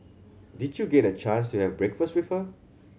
did you get a chance to have breakfast with her